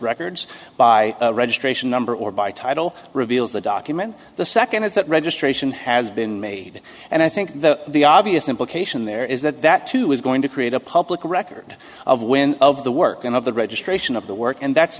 records by registration number or by title reveals the document the second is that registration has been made and i think the the obvious implication there is that that too is going to create a public record of when of the working of the registration of the work and that's